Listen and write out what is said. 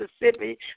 Mississippi